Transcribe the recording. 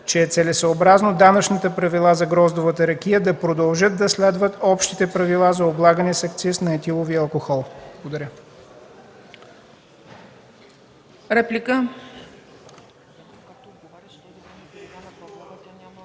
че е целесъобразно данъчните правила за гроздовата ракия да продължат да следват общите правила за облагане с акциз на етиловия алкохол. Благодаря.